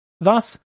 Thus